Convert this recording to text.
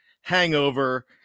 hangover